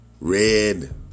Red